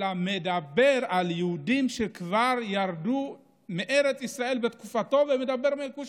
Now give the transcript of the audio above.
אלא מדבר על יהודים שכבר ירדו מארץ ישראל בתקופתו ומדבר על כוש,